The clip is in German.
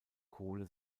kohle